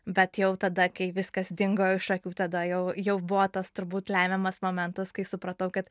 bet jau tada kai viskas dingo iš akių tada jau jau buvo tas turbūt lemiamas momentas kai supratau kad